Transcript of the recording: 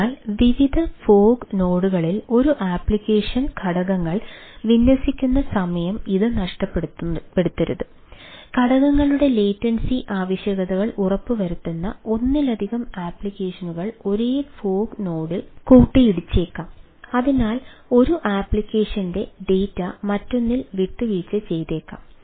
അതിനാൽ വിവിധ fog node മറ്റൊന്നിൽ വിട്ടുവീഴ്ച ചെയ്തേക്കാം